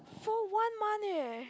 for one month eh